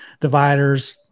dividers